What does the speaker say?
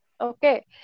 Okay